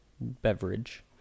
beverage